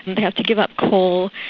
they have to give up coal,